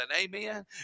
amen